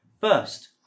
first